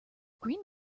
green